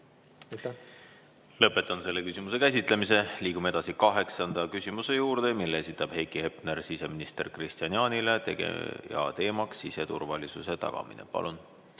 Lõpetan selle küsimuse käsitlemise. Liigume edasi kaheksanda küsimuse juurde, mille esitab Heiki Hepner siseminister Kristian Jaanile. Teema on siseturvalisuse tagamine. Palun!